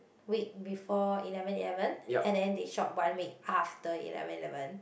week before eleven eleven and then they shop one week after eleven eleven